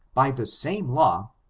by the same law,